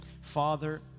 Father